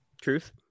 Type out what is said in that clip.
Truth